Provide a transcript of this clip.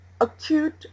acute